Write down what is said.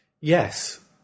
Yes